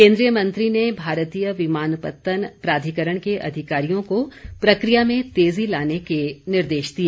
केन्द्रीय मंत्री ने भारतीय विमान पत्तन प्राधिकरण के अधिकारियों को प्रक्रिया में तेजी लाने के निर्देश दिए